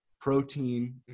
protein